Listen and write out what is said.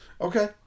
Okay